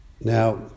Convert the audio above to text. Now